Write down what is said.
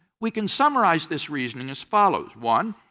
we can summarize this reasoning as follows one.